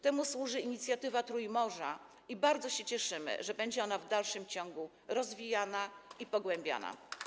Temu służy inicjatywa Trójmorza i bardzo się cieszymy, że będzie ona w dalszym ciągu rozwijana i pogłębiana.